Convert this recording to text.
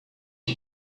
you